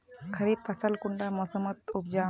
खरीफ फसल कुंडा मोसमोत उपजाम?